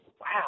wow